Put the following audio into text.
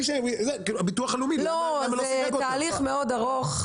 זה תהליך מאוד ארוך,